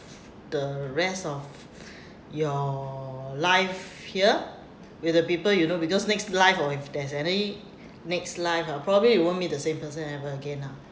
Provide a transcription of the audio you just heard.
the rest of your life here with the people you know because next life or if there's any next life ah probably you won't meet the same person ever again lah